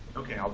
ok, i'll